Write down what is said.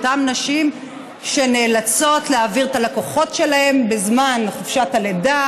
אותן נשים שנאלצות להעביר את הלקוחות שלהן בזמן חופשת הלידה